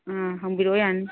ꯑꯥ ꯍꯪꯕꯤꯔꯛꯑꯣ ꯌꯥꯅꯤ